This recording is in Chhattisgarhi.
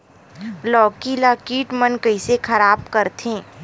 लौकी ला कीट मन कइसे खराब करथे?